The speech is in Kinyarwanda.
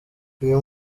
uyu